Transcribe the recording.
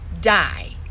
die